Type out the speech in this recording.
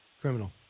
criminal